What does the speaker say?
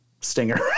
stinger